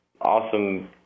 awesome